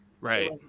Right